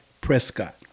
Prescott